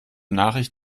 nachricht